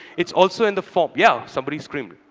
it's also in the form yeah, somebody screamed.